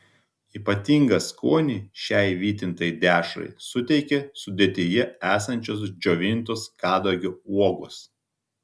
ypatingą skonį šiai vytintai dešrai suteikia sudėtyje esančios džiovintos kadagio uogos